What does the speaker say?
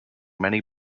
many